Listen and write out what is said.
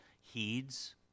heeds